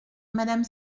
madame